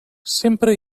sempre